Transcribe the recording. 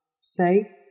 Say